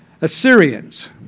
Assyrians